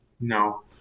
No